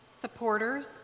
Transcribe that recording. supporters